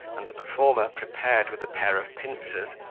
and the performer prepared with a pair of pincers,